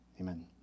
Amen